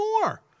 more